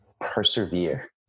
persevere